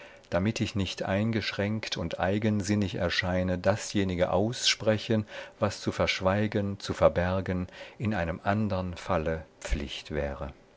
damit ich nicht eingeschränkt und eigensinnig erscheine dasjenige aussprechen was zu verschweigen zu verbergen in einem andern falle pflicht wäre